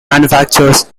manufacturers